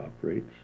operates